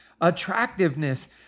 attractiveness